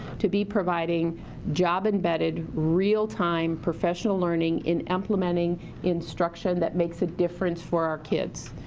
to be providing job-embedded, real-time professional learning in implementing instruction that makes a difference for our kids.